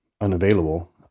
unavailable